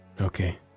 Okay